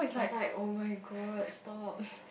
I was like oh my god stop